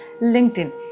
LinkedIn